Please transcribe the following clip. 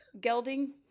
gelding